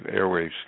airwaves